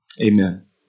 Amen